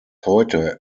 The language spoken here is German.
heute